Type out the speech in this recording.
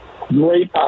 great